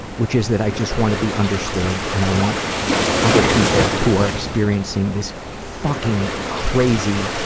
which is that i just want to be understood and i want other people who are experiencing this fucking crazy,